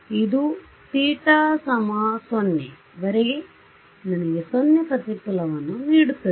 ಇದು θ 0 ವರೆಗೆ ನನಗೆ 0 ಪ್ರತಿಫಲನವನ್ನು ನೀಡುತ್ತದೆ